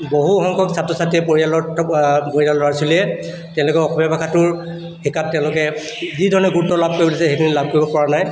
বহুসংখ্যক ছাত্ৰ ছাত্ৰীয়ে পৰিয়ালৰ পৰিয়ালৰ ল'ৰা ছোৱালীয়ে তেওঁলোকৰ অসমীয়া ভাষাটোৰ শিকাত তেওঁলোকে যি ধৰণে গুৰুত্ব লাভ কৰিব লাগিছিলে সেই ধৰণে লাভ কৰিবপৰা নাই